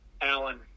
alan